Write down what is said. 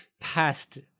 past